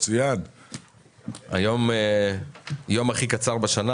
היום זה היום הקצר ביותר בשנה